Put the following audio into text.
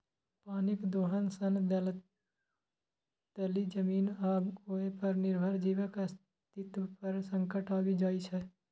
पानिक दोहन सं दलदली जमीन आ ओय पर निर्भर जीवक अस्तित्व पर संकट आबि जाइ छै